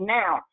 now